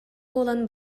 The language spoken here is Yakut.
буолан